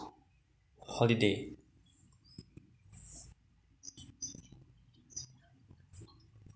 holiday